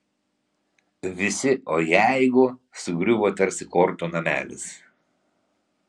visi o jeigu sugriuvo tarsi kortų namelis